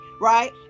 Right